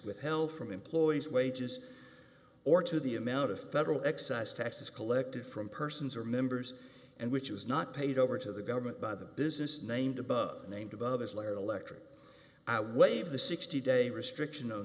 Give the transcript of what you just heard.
withheld from employees wages or to the amount of federal excise taxes collected from persons or members and which was not paid over to the government by the business named above named above his lawyer electric i waive the sixty day restriction